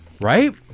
Right